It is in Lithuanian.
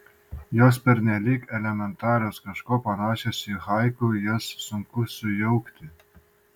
jos pernelyg elementarios kažkuo panašios į haiku jas sunku sujaukti